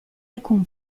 alcun